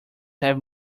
have